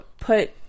put